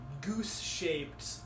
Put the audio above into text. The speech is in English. goose-shaped